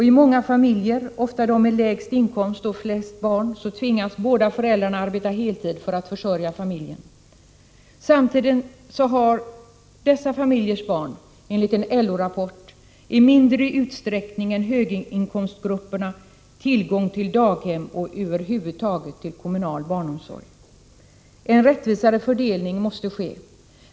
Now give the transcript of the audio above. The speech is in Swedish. I många familjer, ofta de med lägst inkomst och flest barn, tvingas båda föräldrarna arbeta heltid för att försörja familjen. Samtidigt har dessa familjers barn, enligt en LO-rapport, i mindre utsträckning än höginkomstgrupperna tillgång till daghem och över huvud taget kommunal barnomsorg. En rättvisare fördelning måste ske.